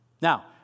Now